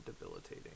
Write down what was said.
debilitating